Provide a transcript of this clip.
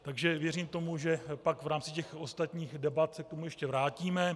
Takže věřím tomu, že pak v rámci těch ostatních debat se k tomu ještě vrátíme.